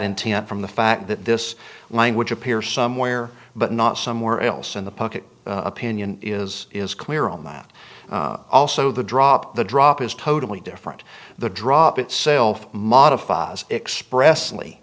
intent from the fact that this language appear somewhere but not somewhere else in the public opinion is is clear on that also the drop the drop is totally different the drop itself modified express